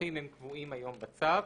הנוסחים הם קבועים היום בצו.